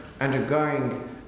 undergoing